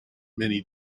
many